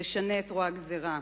תשנה את רוע הגזירה.